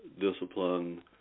discipline